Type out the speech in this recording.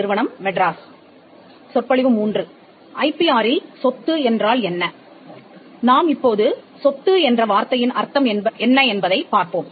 நாம் இப்போது சொத்து என்ற வார்த்தையின் அர்த்தம் என்ன என்பதை பார்ப்போம்